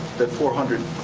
that four hundred.